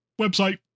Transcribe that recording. website